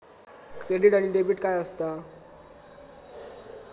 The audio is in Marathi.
क्रेडिट आणि डेबिट काय असता?